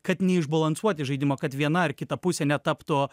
kad neišbalansuoti žaidimo kad viena ar kita pusė netaptų